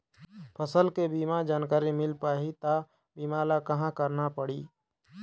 फसल बीमा के जानकारी मिल पाही ता बीमा ला कहां करना पढ़ी?